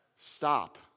Stop